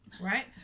Right